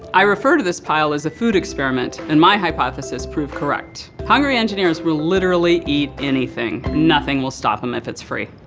i refer to this pile as a food experiment and my hypothesis proved correct. hungry engineers will literally eat anything and nothing will stop them if it's free.